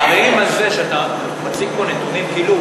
אנחנו מערערים על זה שאתה מציג פה נתונים שכאילו